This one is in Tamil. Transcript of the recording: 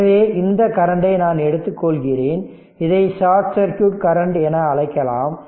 எனவே இந்த கரண்டை நான் எடுத்துக்கொள்கிறேன் இதை ஷார்ட் சர்க்யூட் கரண்ட் என அழைக்கலாம்